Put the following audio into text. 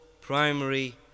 primary